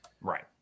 right